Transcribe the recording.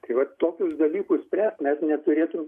tai vat tokius dalykus spręst mes neturėtum